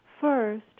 First